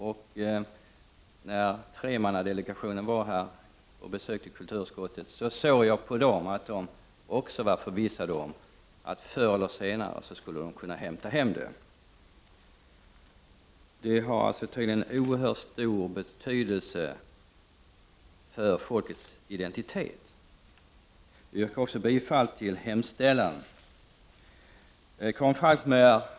När en tremannadelegation från Färöarna besökte kulturutskottet såg jag på dem som ingick i delegationen att de också var förvissade om att dokumentet förr eller senare skulle kunna hämtas hem. Det har tydligen oerhört stor betydelse för det färöiska folkeis identitet. Jag yrkar bifall till utskottets hemställan i betänkandet.